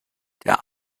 der